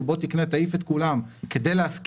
שיבוא לקנות את הדירות ויעיף את כולם כדי להשכיר